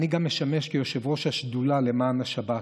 אני גם משמש כיושב-ראש השדולה למען השבת,